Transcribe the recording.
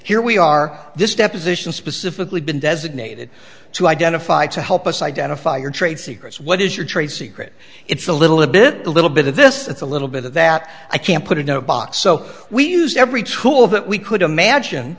here we are this deposition specifically been designated to identify to help us identify your trade secrets what is your trade secret it's a little bit a little bit of this it's a little bit of that i can put it no box so we use every tool that we could imagine